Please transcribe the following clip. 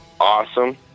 awesome